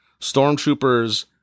Stormtroopers